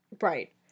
Right